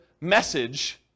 message